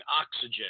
oxygen